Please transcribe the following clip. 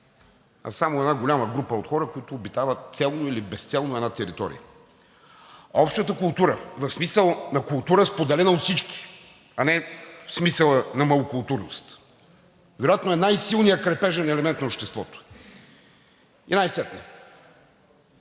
а само една голяма група от хора, които обитават целно или безцелно една територия. Общата култура в смисъл на култура, споделена от всички, а не в смисъла на малокултурност, вероятно е най-силният крепежен елемент на обществото! И най-сетне,